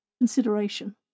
consideration